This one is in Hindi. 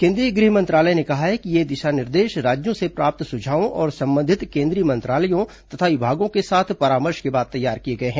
केंद्रीय गृह मंत्रालय ने कहा है कि ये दिशा निर्देश राज्यों से प्राप्त सुझावों और संबंधित केंद्रीय मंत्रालयों तथा विभागों के साथ परामर्श के बाद तैयार किए गए हैं